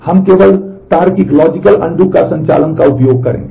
हम केवल तार्किक अनडू संचालन का उपयोग करेंगे